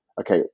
okay